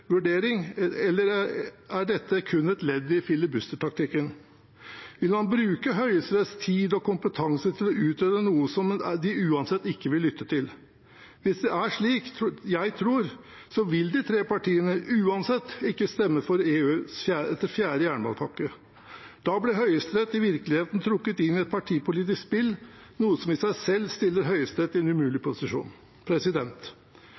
tid og kompetanse til å utrede noe som de uansett ikke vil lytte til? Hvis det er slik jeg tror, vil de tre partiene uansett ikke stemme for EUs fjerde jernbanepakke. Da blir Høyesterett i virkeligheten trukket inn i et partipolitisk spill, noe som i seg selv stiller Høyesterett i en umulig